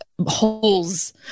holes